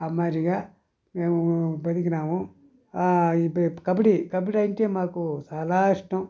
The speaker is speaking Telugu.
ఆ మాదిరిగా మేము బతికినాము కబడి కబడి అంటే మాకు చాలా ఇష్టం